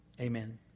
Amen